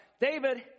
David